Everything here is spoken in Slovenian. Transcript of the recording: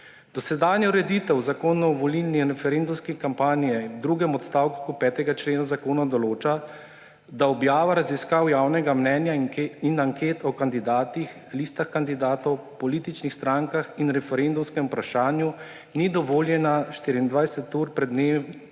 Dosedanja ureditev Zakona o volilni in referendumski kampanji v drugem odstavku 5. člena zakona določa, da objava raziskav javnega mnenja in anket o kandidatih, listah kandidatov, političnih strankah in referendumskem vprašanju ni dovoljena 24 ur pred dnevom